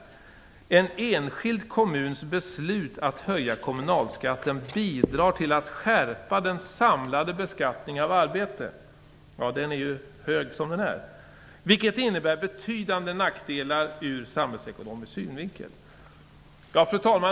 Han skriver: "en enskild kommuns beslut att höja kommunalskatten bidrar till att skärpa den samlade beskattningen av arbete, vilket innebär betydande nackdelar ur samhällsekonomisk synvinkel". Den samlade beskattningen är ju hög redan som den är. Fru talman!